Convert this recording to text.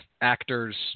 actors